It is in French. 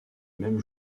même